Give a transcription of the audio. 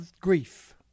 grief